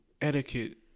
etiquette